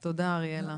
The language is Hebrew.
תודה, אריאלה.